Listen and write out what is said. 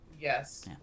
Yes